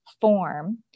form